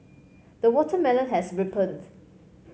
the watermelon has ripened